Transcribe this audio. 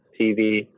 TV